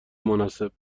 مناسب